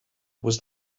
was